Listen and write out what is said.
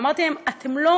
ואמרתי להם: אתם לא